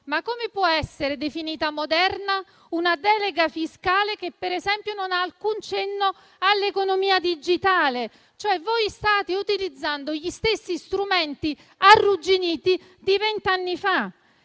come possa essere definita moderna una delega fiscale che, per esempio, non fa alcun cenno all'economia digitale. Voi state utilizzando gli stessi strumenti arrugginiti di venti anni fa: